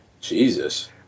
Jesus